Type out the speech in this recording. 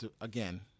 again